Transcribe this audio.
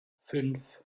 fünf